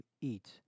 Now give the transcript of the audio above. eat